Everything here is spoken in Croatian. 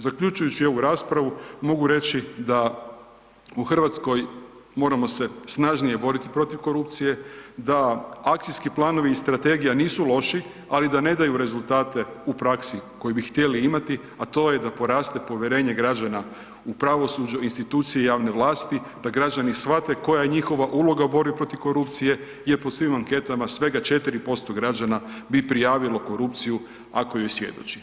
Zaključujući ovu raspravu, mogu reći da u Hrvatskoj moramo se snažnije boriti protiv korupcije, da akcijski planovi strategija nisu loši, ali da ne daju rezultate u praksi koji bi htjeli imati, a to je da poraste povjerenje građana u pravosuđu, instituciji javne vlasti, da građani shvate koja je njihova uloga u borbi protiv korupcije jer po svim anketama, svega 4% građana bi prijavilo korupciju ako joj svjedoči.